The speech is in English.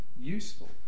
useful